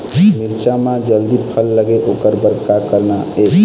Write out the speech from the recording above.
मिरचा म जल्दी फल लगे ओकर बर का करना ये?